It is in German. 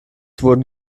wurden